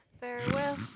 Farewell